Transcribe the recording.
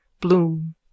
Bloom